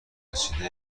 رسیده